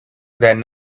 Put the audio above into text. that